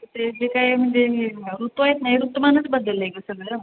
ते जे काही म्हणजे हे ना ऋतू आहेत ना हे ऋतुमानच बदललं आहे गं सगळं